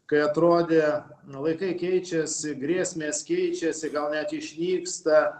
kai atrodė laikai keičiasi grėsmės keičiasi gal net išnyksta